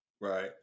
Right